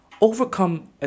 overcome